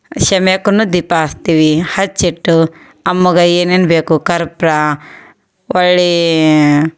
ಶಮ್ಯಾಕು ದೀಪ ಹಚ್ತಿವಿ ಹಚ್ಚಿಟ್ಟು ಅಮ್ಮಗೆ ಏನೇನು ಬೇಕು ಕರ್ಪೂರ ಹೊಳ್ಳೀ